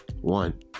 One